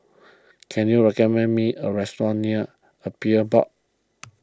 can you recommend me a restaurant near Appeals Board